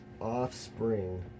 Offspring